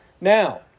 now